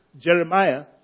Jeremiah